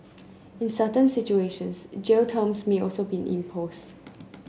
in certain situations jail terms may also be imposed